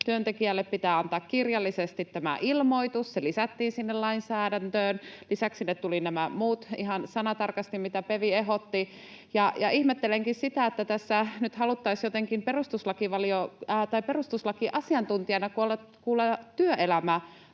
työntekijälle pitää antaa kirjallisesti tämä ilmoitus, ja se lisättiin sinne lainsäädäntöön. Lisäksi tulivat ihan sanatarkasti nämä muut, mitä PeV ehdotti. Ihmettelenkin sitä, että tässä nyt haluttaisiin jotenkin perustuslakiasiantuntijana kuulla